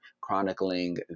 chronicling